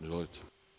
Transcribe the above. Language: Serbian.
Izvolite.